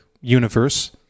universe